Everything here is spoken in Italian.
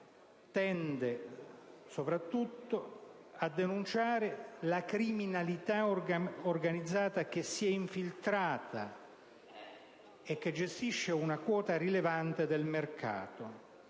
tende soprattutto a denunciare il ruolo svolto dalla criminalità organizzata, che si è infiltrata e che gestisce una quota rilevante del mercato.